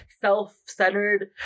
self-centered